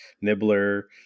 nibbler